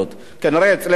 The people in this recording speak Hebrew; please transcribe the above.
כנראה אצלנו,